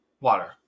water